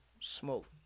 Smoke